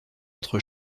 entre